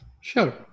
Sure